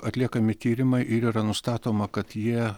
atliekami tyrimai ir yra nustatoma kad jie